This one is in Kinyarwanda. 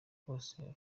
kose